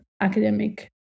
academic